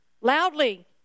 loudly